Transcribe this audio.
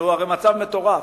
זה הרי מצב מטורף.